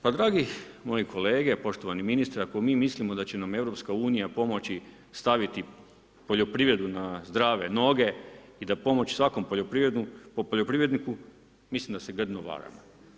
Pa dragi moji kolege, poštovani ministre, ako mi mislimo da će nam EU pomoći staviti poljoprivredu na zdrave noge i da će pomoći svakom poljoprivredniku, mislim da se grdno varamo.